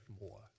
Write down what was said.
more